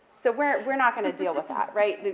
so we're not going to deal with that, right,